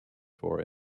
for